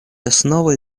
основой